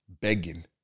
begging